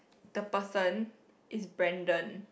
the person is Brandon